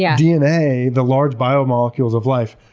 yeah dna, the large biomolecules of life,